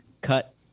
cut